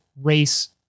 race